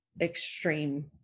extreme